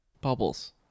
bubbles